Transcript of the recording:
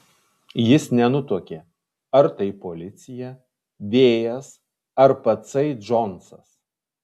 jis nenutuokė ar tai policija vėjas ar patsai džonsas